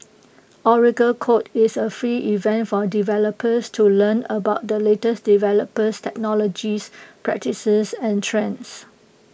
Oracle code is A free event for developers to learn about the latest developers technologies practices and trends